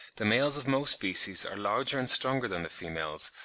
the males of most species are larger and stronger than the females,